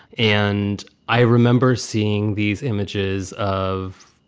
and i remember seeing these images of,